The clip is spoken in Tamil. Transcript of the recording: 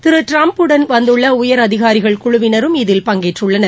திரு ட்டிரம்ப் வுடன் வந்துள்ள உயரதிகார குழுவினரும் இதில் பங்கேற்றுள்ளனர்